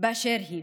באשר היא,